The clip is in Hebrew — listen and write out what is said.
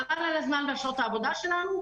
חבל על הזמן ועל שעות העבודה שלנו.